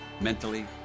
mentally